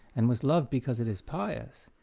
and was loved because it is pious,